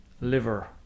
liver